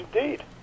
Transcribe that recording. indeed